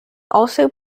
also